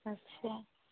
अच्छा